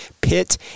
Pitt